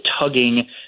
tugging